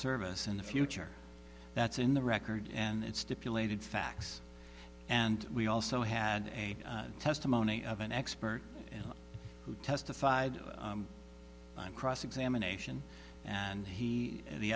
service in the future that's in the record and it's stipulated facts and we also had a testimony of an expert who testified on cross examination and he the